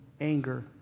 anger